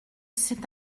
c’est